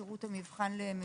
שירות המבחן למבוגרים,